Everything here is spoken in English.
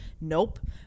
Nope